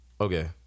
okay